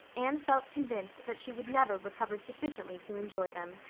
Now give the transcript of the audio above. anne felt convinced that she would never recover sufficiently to enjoy them.